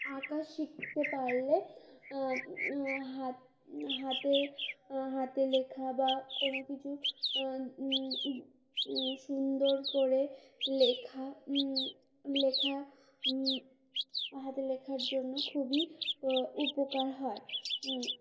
আঁকা শিখতে পারলে হাত হাতে হাতে লেখা বা কোনো কিছু সুন্দর করে লেখা লেখা হাতে লেখার জন্য খুবই উপকার হয়